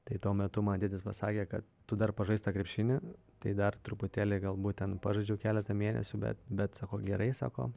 tai tuo metu man tėtis pasakė kad tu dar pažaisk tą krepšinį tai dar truputėlį galbūt ten pažaidžiau ten keletą mėnesių bet bet sako gerai sako